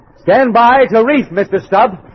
stand by to reefs. mr. stubb